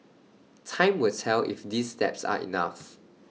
time will tell if these steps are enough